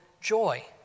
joy